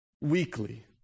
weekly